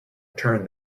turn